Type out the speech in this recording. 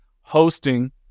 hosting